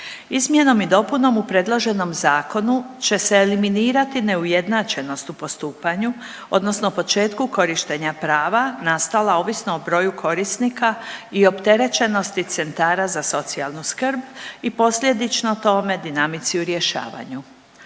Izmjenom i dopunom u predloženom zakonu će se eliminirati neujednačenost u postupanju, odnosno početku korištenja prava nastala ovisno o broju korisnika i opterećenosti centara za socijalnu skrb i posljedično tome dinamici u rješavanju.